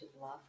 love